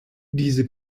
diese